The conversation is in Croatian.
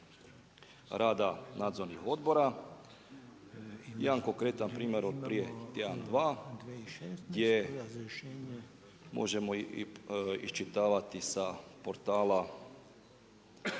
rada nadzornih odbora. Jedan konkretan primjer od prije tjedan, dva, gdje možemo iščitavati sa portala